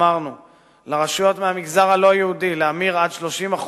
לרשויות מהמגזר הלא-יהודי להמיר עד 30%